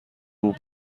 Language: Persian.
روز